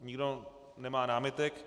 Nikdo nemá námitek.